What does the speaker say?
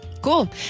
Cool